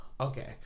Okay